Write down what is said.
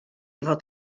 fod